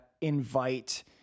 invite